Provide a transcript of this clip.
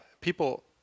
people